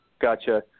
Gotcha